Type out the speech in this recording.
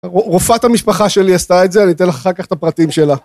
רופאת המשפחה שלי עשתה את זה, אני אתן לך אחר כך את הפרטים שלה.